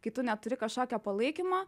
kai tu neturi kažkokio palaikymo